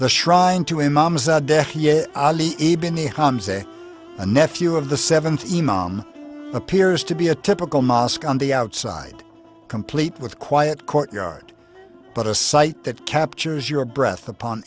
a a nephew of the seventy mom appears to be a typical mosque on the outside complete with quiet courtyard but a site that captures your breath upon